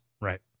right